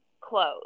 clothes